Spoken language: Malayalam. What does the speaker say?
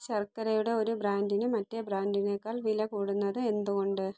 ശർക്കരയുടെ ഒരു ബ്രാൻഡിന് മറ്റേ ബ്രാൻഡിനേക്കാൾ വില കൂടുന്നത് എന്തുകൊണ്ട്